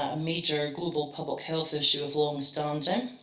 ah major global public health issue of long-standing.